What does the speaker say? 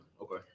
Okay